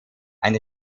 ein